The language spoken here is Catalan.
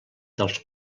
dels